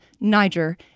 Niger